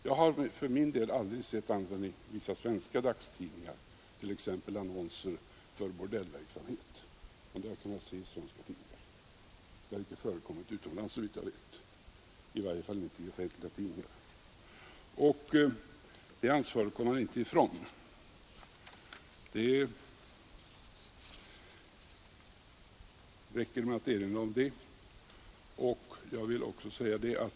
Jag har för min del aldrig annat än i vissa svenska dagstidningar sett t.ex. annonser för bordellverksamhet. Det har icke förekommit utomlands, såvitt jag vet, i varje fall inte i offentliga tidningar.